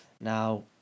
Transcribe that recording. Now